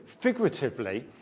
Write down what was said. figuratively